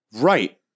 Right